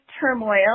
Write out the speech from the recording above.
turmoil